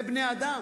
זה בני-אדם.